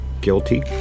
guilty